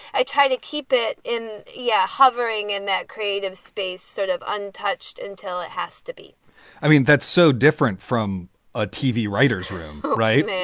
i try to keep it in. yeah. hovering in that creative space, sort of untouched until it has to be i mean, that's so different from a tv writer's room, right? and